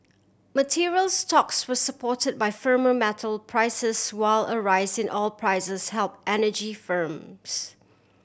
materials stocks were support by firmer metal prices while a rise in oil prices help energy firms